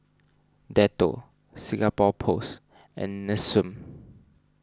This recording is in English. Dettol Singapore Post and Nestum